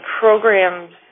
programs